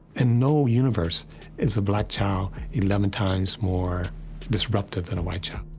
in no universe is a black child eleven times more disruptive than a white yeah